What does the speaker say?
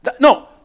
No